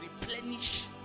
replenish